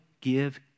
give